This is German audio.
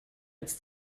als